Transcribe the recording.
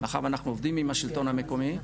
מאחר ואנחנו עובדים עם השלטון המקומי,